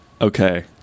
okay